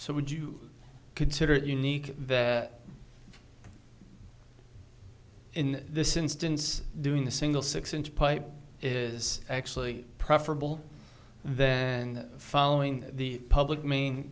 so would you consider it unique that in this instance doing a single six inch pipe is actually preferable than following the public main